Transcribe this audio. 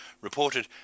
reported